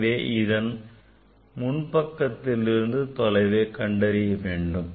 எனவே இதன் முன்பக்கத்திலிருந்து தொலைவை கண்டறிய வேண்டும்